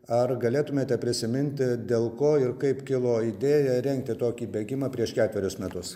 ar galėtumėte prisiminti dėl ko ir kaip kilo idėja rengti tokį bėgimą prieš ketverius metus